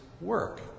work